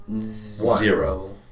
Zero